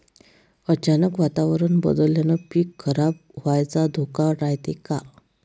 अचानक वातावरण बदलल्यानं पीक खराब व्हाचा धोका रायते का?